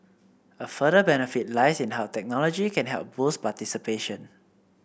a further benefit lies in how technology can help boost participation